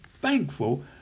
thankful